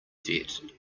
debt